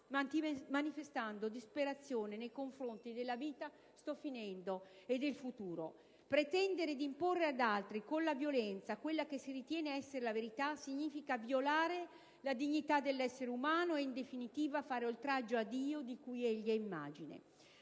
manifestando disperazione nei confronti della vita e del futuro. Pretendere di imporre ad altri con la violenza quella che si ritiene essere la verità, significa violare la dignità dell'essere umano e, in definitiva, fare oltraggio a Dio, di cui egli è immagine.